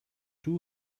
too